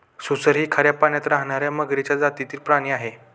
सुसर ही खाऱ्या पाण्यात राहणार्या मगरीच्या जातीतील प्राणी आहे